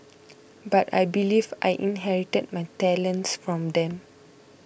but I believe I inherited my talents from them